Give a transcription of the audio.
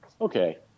okay